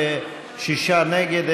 יחיאל חיליק בר,